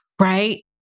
right